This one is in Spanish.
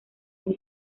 muy